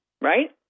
right